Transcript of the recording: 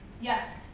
Yes